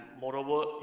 moreover